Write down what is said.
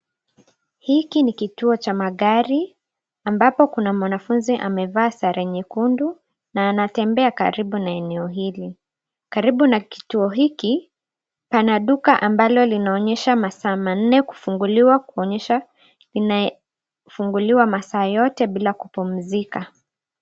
Hiki ni kituo cha magari, ambapo kuna mwanafunzi amevaa sare nyekundu na anatembea karibu na eneo hili. Karibu na kituo hiki, pana duka ambalo linaonyesha masaa manne kufunguliwa, kuonyesha linafunguliwa masaa yote bila kumpumzika.